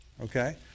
Okay